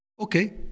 okay